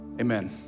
amen